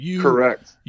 Correct